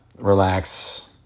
relax